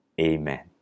Amen